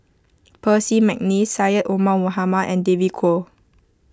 Percy McNeice Syed Omar Mohamed and David Kwo